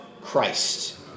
Christ